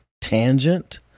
tangent